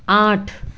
आठ